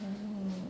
orh